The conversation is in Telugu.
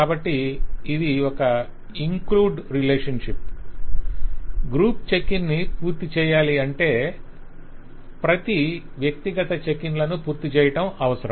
కాబట్టి ఇది ఒక include relationship group check in ని పూర్తి చేయాలి అంటే ప్రతి వ్యక్తిగత చెక్ ఇన్ లను పూర్తి చేయడం అవసరం